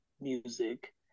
music